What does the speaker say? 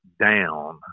down